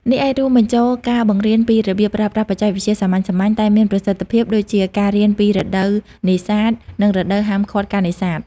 នេះអាចរួមបញ្ចូលការបង្រៀនពីរបៀបប្រើប្រាស់បច្ចេកវិទ្យាសាមញ្ញៗ តែមានប្រសិទ្ធភាព ដូចជា ការរៀនពីរដូវនេសាទ និងរដូវហាមឃាត់ការនេសាទ។